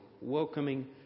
welcoming